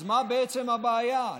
אז מה בעצם הבעיה?